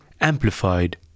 amplified